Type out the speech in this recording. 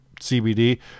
CBD